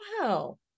wow